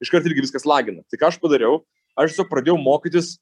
iškart irgi viskas lagina tai ką aš padariau aš tiesiog pradėjau mokytis